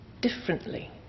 differently